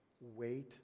wait